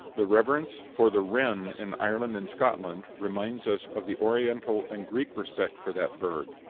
the reverence for the wren in ireland and scotland reminds us of the oriental and greek respect for that bird.